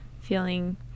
feeling